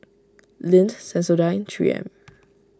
Lindt Sensodyne and three M